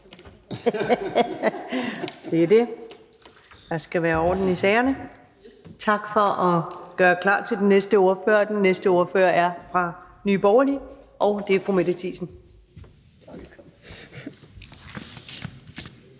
tørre af – der skal være orden i sagerne. Tak for at gøre klar til den næste ordfører, som er fra Nye Borgerlige, og det er fru Mette Thiesen. Kl.